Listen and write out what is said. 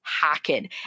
hacking